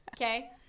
okay